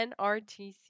NRTC